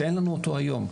שאין לנו אותו היום.